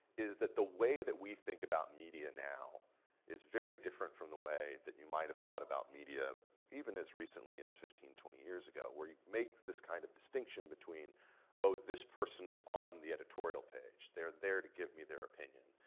is that the way that we think about media now is very different from the way that you might have thought about media even as recently as fifteen, twenty years ago, where you make this kind of distinction between oh, this person is on the editorial page. they're there to give me their opinion.